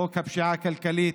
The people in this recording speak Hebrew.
חוק הפשיעה הכלכלית,